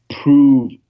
prove